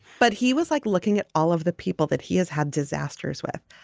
but he was like looking at all of the people that he has had disasters with.